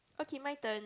okay my turn